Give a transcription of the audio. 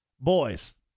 boys